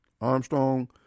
Armstrong